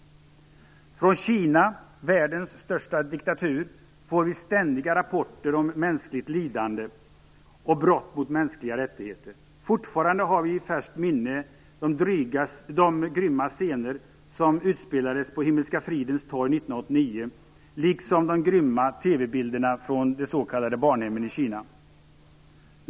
Från Kina, världens största diktatur, får vi ständiga rapporter om mänskligt lidande och brott mot mänskliga rättigheter. Fortfarande har vi i färskt minne de grymma scener som utspelades på Himmelska fridens torg 1989 liksom de grymma TV-bilderna från s.k. barnhem i Kina.